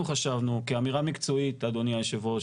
אנחנו חשבנו כאמירה מקצועית אדוני היו"ר,